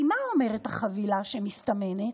כי מה אומרת החבילה שמסתמנת?